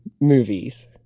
movies